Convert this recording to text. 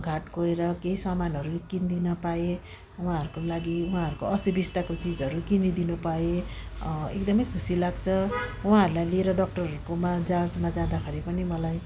हाट गएर केही सामानहरू किनिदिन पाएँ उहाँहरूको लागि उहाँहरूको असुविस्ताको चिजहरू किनिदिनु पाएँ एकदमै खुसी लाग्छ उहाँहरूलाई लिएर डक्टरहरूकोमा जाँचमा जाँदाखेरि पनि मलाई